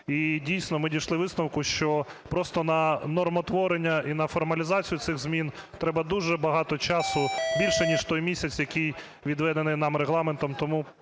І, дійсно, ми дійшли висновку, що просто на нормотворення і на формалізацію цих змін треба дуже багато часу, більше ніж той місяць, який відведений нам Регламентом.